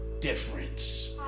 difference